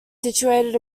situated